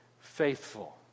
faithful